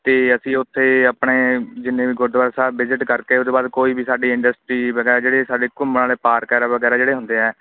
ਅਤੇ ਅਸੀਂ ਉੱਥੇ ਆਪਣੇ ਜਿੰਨੇ ਵੀ ਗੁਰਦੁਆਰਾ ਸਾਹਿਬ ਵਿਜ਼ਟ ਕਰਕੇ ਉਹਦੇ ਬਾਅਦ ਕੋਈ ਵੀ ਸਾਡੀ ਇੰਡਸਟਰੀ ਵਗੈਰਾ ਜਿਹੜੇ ਸਾਡੇ ਘੁੰਮਣ ਵਾਲੇ ਪਾਰਕ ਐਰਾ ਵਗੈਰਾ ਜਿਹੜੇ ਹੁੰਦੇ ਹੈ